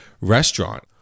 restaurant